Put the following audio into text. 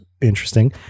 Interesting